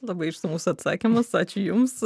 labai išsamus atsakymas ačiū jums